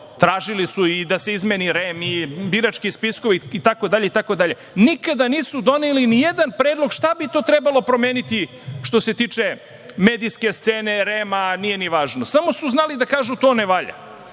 tražili su i da se izmeni REM i birački spiskovi i tako dalje. Nikada nisu doneli ni jedan predlog šta bi to trebalo promeniti što se tiče medijske scene, REM-a, nije ni važno. Samo su znali da kažu da to ne valja.